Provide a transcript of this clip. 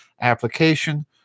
application